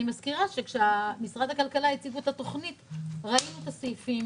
אני מזכירה שכשמשרד הכלכלה הציגו את התוכנית ראינו את הסעיפים,